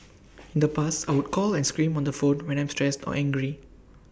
in the past I would call and scream on the phone when I'm stressed or angry